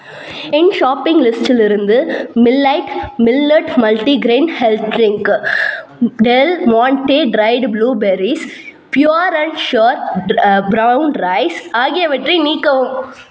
என் shopping லிஸ்டிலிருந்து Milite millet multigrain health drink Del Monte dried blueberries pure and sure brown rice ஆகியவற்றை நீக்கவும்